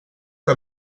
que